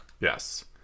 Yes